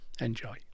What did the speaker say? enjoy